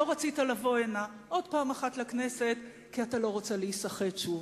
לא רצית לבוא הנה עוד פעם אחת לכנסת כי אתה לא רוצה להיסחט שוב,